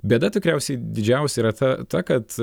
bėda tikriausiai didžiausia yra ta ta kad